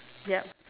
yup